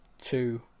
two